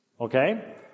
Okay